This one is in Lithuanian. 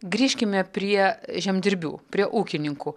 grįžkime prie žemdirbių prie ūkininkų